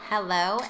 Hello